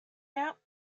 not